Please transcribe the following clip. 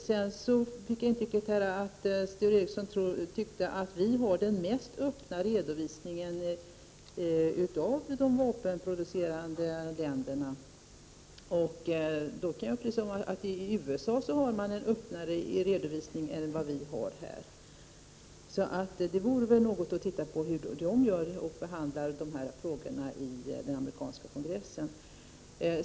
Sedan fick jag intrycket att Sture Ericson tyckte att Sverige har den mest öppna redovisningen av de vapenproducerande länderna. Då kan jag upplysa om att i USA har man en öppnare redovisning än vad vi har här. Så det vore väl skäl att titta på hur de här frågorna behandlas i den amerikanska kongressen.